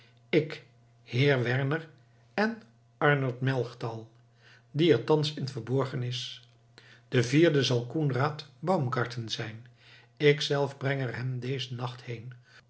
ik heer werner en arnold melchtal die er thans in verborgen is de vierde zal koenraad baumgarten zijn ik zelf breng er hem dezen nacht heen